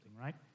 right